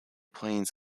plains